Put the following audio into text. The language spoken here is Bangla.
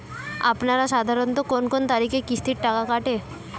আপনারা সাধারণত কোন কোন তারিখে কিস্তির টাকা কাটে?